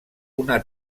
una